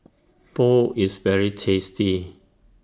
Pho IS very tasty